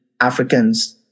Africans